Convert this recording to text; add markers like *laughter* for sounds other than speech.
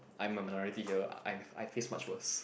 I'm a minority here I *noise* I face much worse